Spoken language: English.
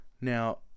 now